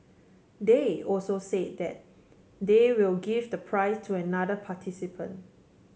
they also said that they will give the prize to another participant